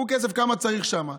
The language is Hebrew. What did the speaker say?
כמה שצריך שם,